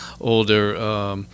older